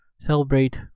Celebrate